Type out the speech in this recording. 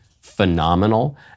phenomenal